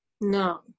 no